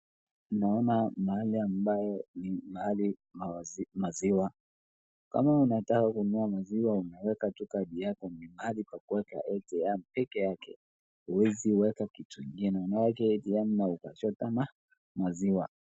Tunaona ni mahali ambayo ni mahali ya maziwa. Kama unataka kununua maziwa unaweka tu kadi yako ni mahali pa kuweka ATM pekee yake huwezi weka kitu ingine. Unaweka ATM na utachota maziwa.